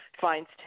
finds